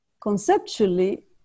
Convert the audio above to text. Conceptually